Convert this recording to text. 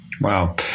Wow